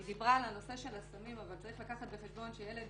היא דיברה על נושא הסמים אבל צריך להביא חשבון שילד